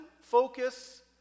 focus